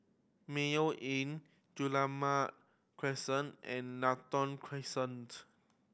Mayo Inn Crescent and Lentor Crescent